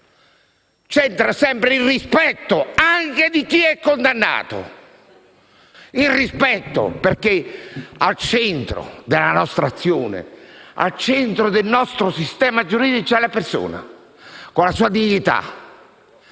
necessario sempre il rispetto, anche di chi è condannato, perché al centro della nostra azione, al centro del nostro sistema giuridico, c'è la persona, con la sua dignità.